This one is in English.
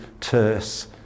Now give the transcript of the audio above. terse